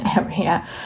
area